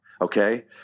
okay